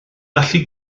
gallu